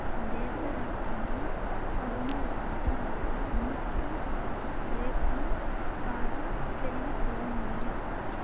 దేశవ్యాప్తంగా కరోనా రాడం వల్ల అన్నిటికీ రేట్లు బాగా పెరిగిపోయినియ్యి